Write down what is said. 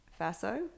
Faso